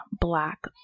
black